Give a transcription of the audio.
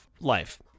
life